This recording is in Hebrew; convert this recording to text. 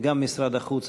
וגם משרד החוץ,